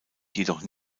jedoch